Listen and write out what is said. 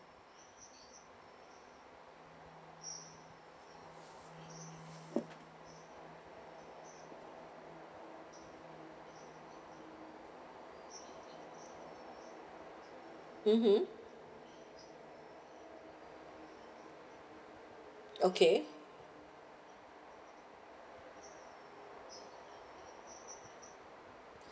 mmhmm okay